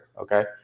Okay